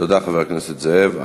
תודה, חבר הכנסת זאב.